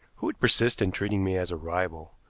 who would persist in treating me as a rival.